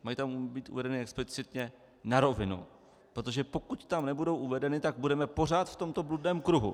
Mají tam být uvedeny explicitně na rovinu, protože pokud tam nebudou uvedeny, tak budeme pořád v tomto bludném kruhu.